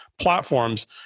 platforms